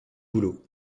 boulots